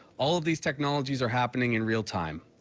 all of these technologies are happening in real time.